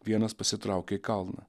vienas pasitraukia į kalną